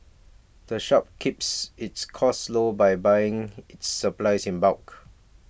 the shop keeps its costs low by buying its supplies in bulk